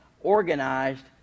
organized